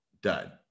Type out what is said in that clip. done